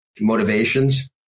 motivations